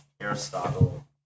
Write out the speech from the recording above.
Aristotle